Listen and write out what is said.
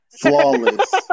Flawless